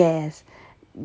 yes